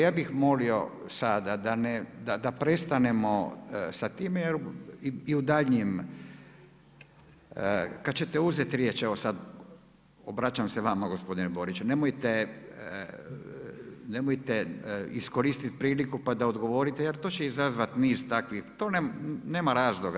Ja bih molio sada da prestanemo sa time jel u daljnjem jel kada ćete uzeti riječ evo sada obraćam se vama gospodine Boriću nemojte iskoristiti priliku pa da odgovorite jer to će izazvati niz takvih, nema razloga.